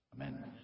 Amen